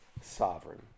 sovereign